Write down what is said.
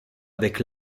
avec